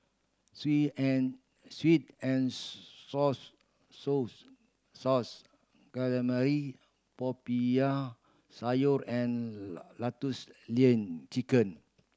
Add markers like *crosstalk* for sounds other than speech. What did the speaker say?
sweet and sweet and *unintelligible* souse calamari Popiah Sayur and *unintelligible* lotus lean chicken